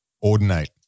Ordinate